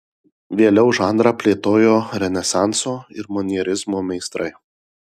vėliau žanrą plėtojo renesanso ir manierizmo meistrai